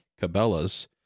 Cabela's